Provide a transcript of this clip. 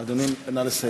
אדוני, נא לסיים.